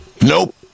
Nope